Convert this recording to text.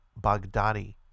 Baghdadi